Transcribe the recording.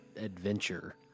adventure